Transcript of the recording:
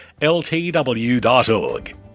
ltw.org